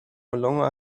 longer